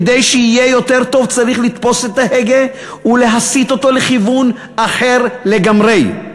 כדי שיהיה יותר טוב צריך לתפוס את ההגה ולהסיט אותו לכיוון אחר לגמרי.